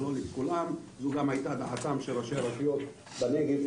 זו גם הייתה דעתם של ראשי הרשויות בנגב,